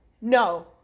no